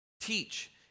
Teach